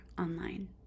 online